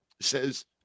says